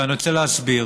ואני רוצה להסביר.